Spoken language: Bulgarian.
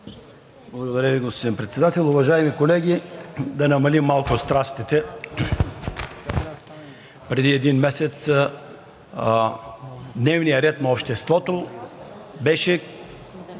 Благодаря Ви, господин Председател. Уважаеми колеги, да намалим малко страстите. Преди един месец дневният ред на обществото беше